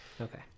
okay